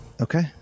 okay